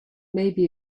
maybe